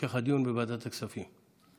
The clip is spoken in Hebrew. המשך הדיון לוועדת הכספים.